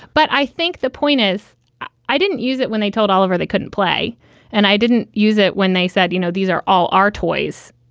but i think the point is i didn't use it when they told oliver they couldn't play and i didn't use it when they said, you know, these are all our toys.